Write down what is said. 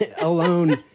alone